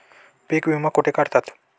पीक विमा कुठे काढतात?